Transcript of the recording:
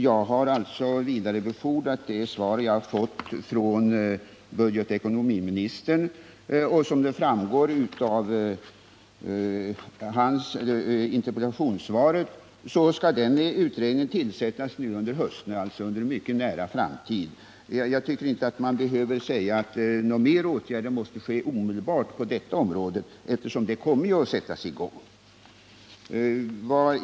Jag har vidarebefordrat det svar jag fått från budgetoch ekonomiministern, och som framgår av interpellationssvaret skall denna utredning tillsättas under hösten, alltså inom en mycket nära framtid. Jag tycker inte att man behöver uttala att flera åtgärder omedelbart måste vidtas på detta område, eftersom en utredning ju kommer att sättas i gång.